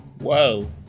Whoa